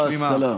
שר ההשכלה,